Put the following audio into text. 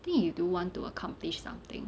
think you do want to accomplish something